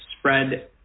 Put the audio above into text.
spread